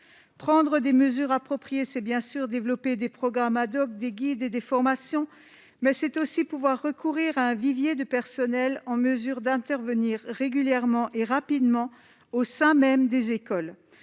prendre des mesures appropriées, c'est bien sûr développer des programmes ad-hoc des guides et des formations, mais c'est aussi pouvoir recourir à un vivier de personnel en mesure d'intervenir régulièrement et rapidement au sein même des écoles,